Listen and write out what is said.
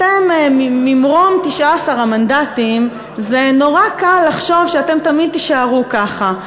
אתם ממרום 19 המנדטים זה נורא קל לחשוב שאתם תמיד תישארו ככה.